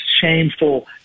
shameful